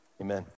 amen